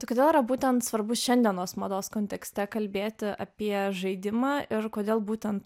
tai kodėl yra būtent svarbus šiandienos mados kontekste kalbėti apie žaidimą ir kodėl būtent